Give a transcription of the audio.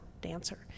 dancer